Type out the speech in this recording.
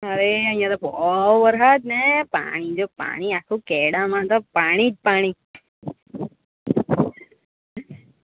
અરે અહીંયા તો બહુ વરસાદને પાણી જ ને પાણી આખું કેડામાં તો પાણી જ પાણી